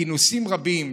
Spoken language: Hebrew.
כינוסים רבים.